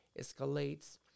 escalates